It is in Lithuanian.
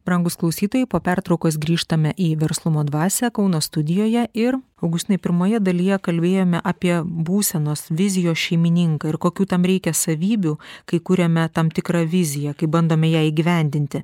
brangūs klausytojai po pertraukos grįžtame į verslumo dvasią kauno studijoje ir augustinai pirmoje dalyje kalbėjome apie būsenos vizijos šeimininką ir kokių tam reikia savybių kai kuriame tam tikrą viziją kaip bandome ją įgyvendinti